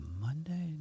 Monday